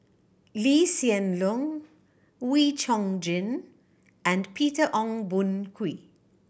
Lee Hsien Loong Wee Chong Jin and Peter Ong Boon Kwee